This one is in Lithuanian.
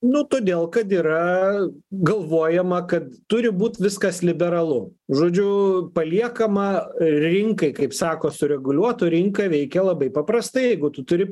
nu todėl kad yra galvojama kad turi būt viskas liberalu žodžiu paliekama rinkai kaip sako sureguliuot o rinka veikia labai paprastai jeigu tu turi